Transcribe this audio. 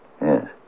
Yes